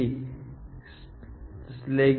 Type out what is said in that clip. કારણ કે તમે શોધની માત્રાને નિયંત્રિત કરવા માંગો છો